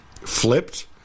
flipped